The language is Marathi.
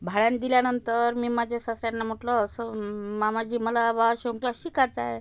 भाड्यानं दिल्यानंतर मी माझ्या सासऱ्यांना म्हटलं मामाजी मला बा शिवणक्लास शिकायचाय